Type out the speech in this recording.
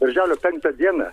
birželio penktą dieną